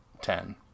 ten